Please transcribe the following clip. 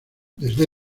desde